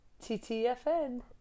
TTFN